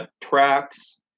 tracks